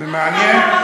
מאוד מעניין.